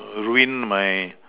ruin my